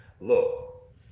look